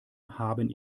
haben